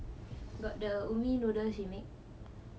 got the umi noodles she make